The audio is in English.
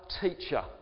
teacher